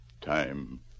time